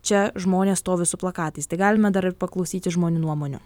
čia žmonės stovi su plakatais tai galime dar ir paklausyti žmonių nuomonių